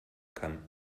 kann